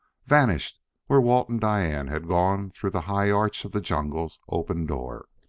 vanished where walt and diane had gone through the high arch of the jungle's open door.